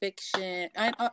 fiction